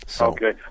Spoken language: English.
Okay